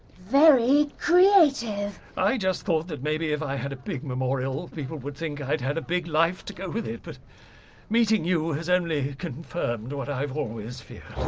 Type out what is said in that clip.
very creative! i just thought that maybe if i had a big memorial, people would think i'd had a big life to go with it. but meeting you has only confirmed what i've always feared,